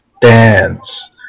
Dance